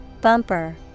Bumper